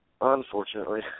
Unfortunately